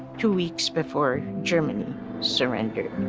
two weeks before germany surrendered.